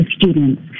students